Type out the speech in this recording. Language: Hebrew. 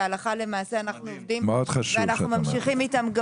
והלכה למעשה אנחנו עובדים ואנחנו ממשיכים איתם גם